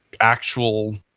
actual